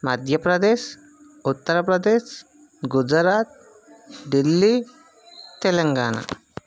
Madhya Pradesh Uttar Pradesh Gujarat Delhi Telangana